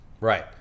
right